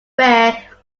rare